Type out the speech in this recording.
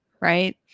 right